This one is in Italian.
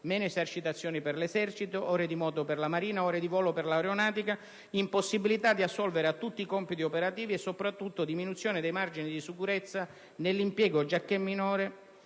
meno esercitazioni per l'Esercito, meno ore di navigazione per la Marina, meno ore di volo per l'Aeronautica; impossibilità di assolvere a tutti i compiti operativi e, soprattutto, diminuzione dei margini di sicurezza nell'impiego, giacché minore